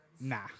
Nah